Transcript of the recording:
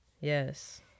yes